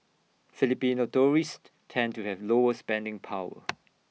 Filipino tourists tend to have lower spending power